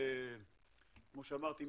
כמו שאמרתי,